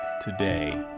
today